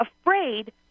afraid